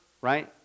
right